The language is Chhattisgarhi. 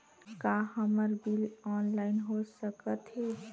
का हमर बिल ऑनलाइन हो सकत हे?